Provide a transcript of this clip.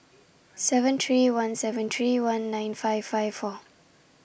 seven three one seven three one nine five five four